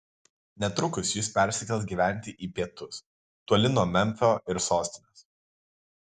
netrukus jis persikels gyventi į pietus toli nuo memfio ir sostinės